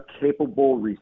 capable